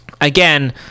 Again